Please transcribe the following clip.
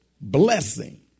blessing